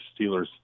Steelers